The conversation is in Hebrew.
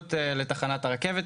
בסמיכות לתחנת הרכבת,